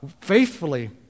faithfully